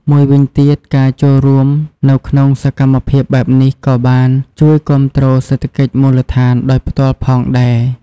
មួយវិញទៀត ការចូលរួមនៅក្នុងសកម្មភាពបែបនេះក៏បាន ជួយគាំទ្រសេដ្ឋកិច្ចមូលដ្ឋាន ដោយផ្ទាល់ផងដែរ។